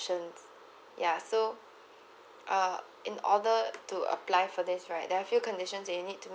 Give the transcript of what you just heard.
option ya so uh in order to apply for this right there are few conditions that you need to meet